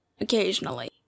occasionally